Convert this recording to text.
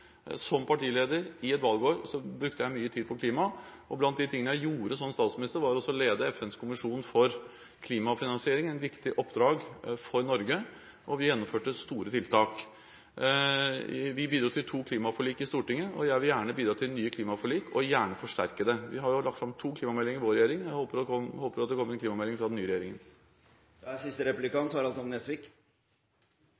som partileder i et valgår, brukte jeg mye tid på klima. Blant de tingene jeg gjorde som statsminister, var å lede FNs kommisjon for klimafinansiering – et viktig oppdrag for Norge – og vi gjennomførte store tiltak. Vi bidro til to klimaforlik i Stortinget, og jeg vil gjerne bidra til nye klimaforlik – og gjerne forsterke det. Vi har lagt fram to klimameldinger i vår regjering, og jeg håper at det kommer en klimamelding fra den nye regjeringen.